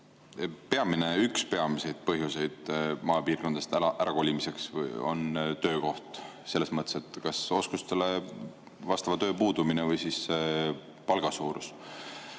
minister! Üks peamisi põhjuseid maapiirkondadest ära kolimiseks on töökoht. Selles mõttes, et kas oskustele vastava töö puudumine või palga suurus.